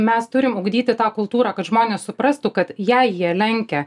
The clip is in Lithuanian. mes turim ugdyti tą kultūrą kad žmonės suprastų kad jei jie lenkia